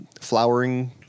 Flowering